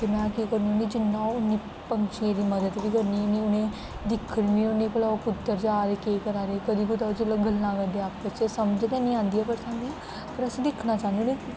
कन्नै केह् करनी होन्नी जिन्ना पंक्षियें दी मदद बी करनी होन्नी उनेंगी दिक्खनी बी होन्नी भला ओह् कुद्धर जा दे केह् करा दे कदें कुतै जेल्लै ओह् गल्लां करदे आपें च समझ ते निं आंदी पर अस दिक्खना चाह्न्नी